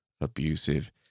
abusive